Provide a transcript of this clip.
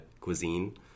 cuisine